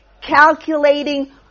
calculating